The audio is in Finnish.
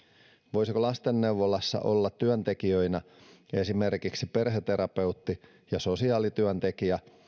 voisiko lastenneuvolassa olla työntekijöinä esimerkiksi perheterapeutti ja sosiaalityöntekijä